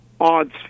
odds